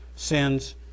sins